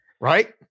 Right